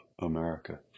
America